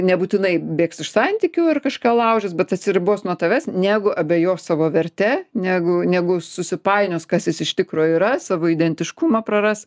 nebūtinai bėgs iš santykių ar kažką laužys bet atsiribos nuo tavęs negu abejos savo verte negu negu susipainios kas jis iš tikro yra savo identiškumą praras